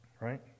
Right